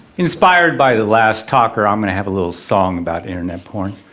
inspired by the last talker i'm going to have a little song about internet porn.